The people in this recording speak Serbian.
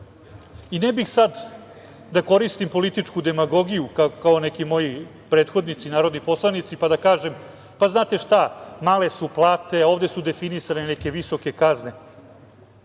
i ne bih sada da koristim političku demagogiju, kao neki moji prethodnici narodni poslanici, pa da kažem - znate šta, male su plate, ovde su definisane neke visoke kazne,